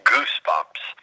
Goosebumps